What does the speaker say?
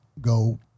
go